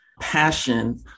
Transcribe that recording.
passion